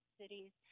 cities